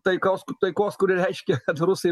taikaus taikos kuri reiškia kad rusai